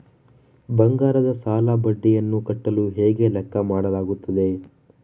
ಬಂಗಾರದ ಸಾಲದ ಬಡ್ಡಿಯನ್ನು ಕಟ್ಟಲು ಹೇಗೆ ಲೆಕ್ಕ ಮಾಡಲಾಗುತ್ತದೆ?